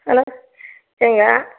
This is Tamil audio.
ஹலோ ஏங்க